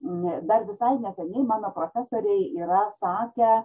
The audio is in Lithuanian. dar visai neseniai mano profesoriai yra sakę